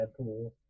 Deadpool